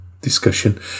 discussion